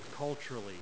culturally